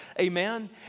Amen